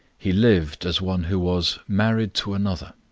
he lived as one who was married to another,